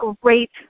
great